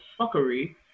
fuckery